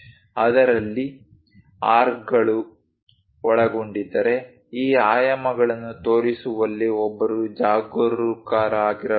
ಅದರಲ್ಲಿ ಆರ್ಕ್ಗಳು ಒಳಗೊಂಡಿದ್ದರೆ ಈ ಆಯಾಮಗಳನ್ನು ತೋರಿಸುವಲ್ಲಿ ಒಬ್ಬರು ಜಾಗರೂಕರಾಗಿರಬೇಕು